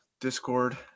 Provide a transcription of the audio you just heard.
Discord